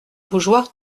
bougeoir